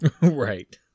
Right